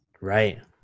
Right